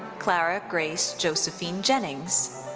clara grace josephine jennings.